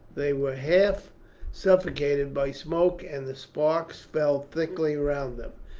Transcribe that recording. they were half suffocated by smoke, and the sparks fell thickly round them.